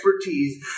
expertise